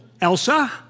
Elsa